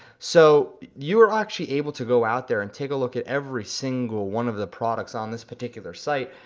so you are actually able to go out there, and take a look at every single one of the products on this particular site,